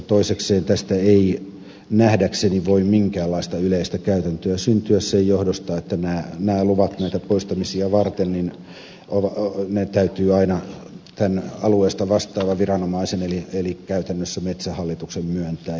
toisekseen tästä ei nähdäkseni voi minkäänlaista yleistä käytäntöä syntyä sen johdosta että nämä luvat näitä poistamisia varten täytyy aina tämän alueesta vastaavan viranomaisen eli käytännössä metsähallituksen myöntää